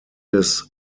des